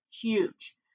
huge